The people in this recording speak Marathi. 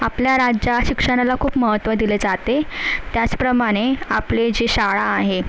आपल्या राज्यात शिक्षणाला खूप महत्व दिले जाते त्याचप्रमाणे आपले जे शाळा आहे